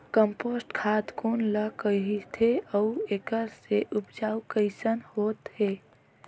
Compost खाद कौन ल कहिथे अउ एखर से उपजाऊ कैसन होत हे?